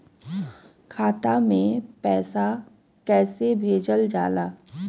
खाता में पैसा कैसे भेजल जाला?